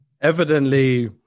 Evidently